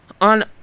On